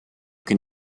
can